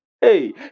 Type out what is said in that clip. Hey